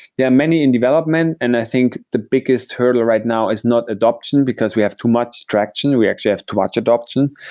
there are many in development and i think the biggest hurdle right now is not adoption, because we have too much distraction. we actually have too much adoption.